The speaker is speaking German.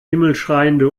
himmelschreiende